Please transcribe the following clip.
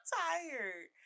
tired